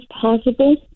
possible